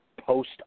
post